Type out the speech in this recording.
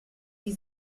die